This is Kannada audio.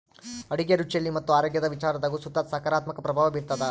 ಅಡುಗೆ ರುಚಿಯಲ್ಲಿ ಮತ್ತು ಆರೋಗ್ಯದ ವಿಚಾರದಾಗು ಸುತ ಸಕಾರಾತ್ಮಕ ಪ್ರಭಾವ ಬೀರ್ತಾದ